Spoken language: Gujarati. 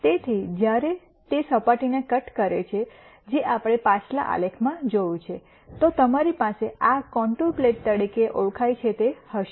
તેથી જ્યારે તે સપાટીને કટ કરે છે જે આપણે પાછલા આલેખમાં જોયું છે તો તમારી પાસે આ કોંન્ટુર પ્લોટ તરીકે ઓળખાય છે તે હશે